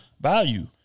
value